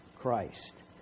Christ